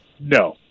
No